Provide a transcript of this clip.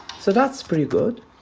so that's pretty good.